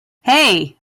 hey